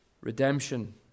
Redemption